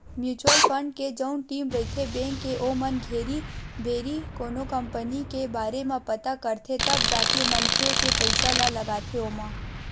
mutual fund के जउन team रहिथे बेंक के ओमन घेरी भेरी कोनो कंपनी के बारे म पता करथे तब जाके मनखे के पइसा ल लगाथे ओमा